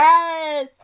Yes